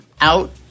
out